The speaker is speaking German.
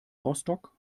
rostock